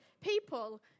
people